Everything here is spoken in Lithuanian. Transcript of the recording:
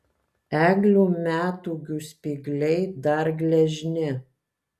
eglių metūgių spygliai dar gležni